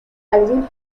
algún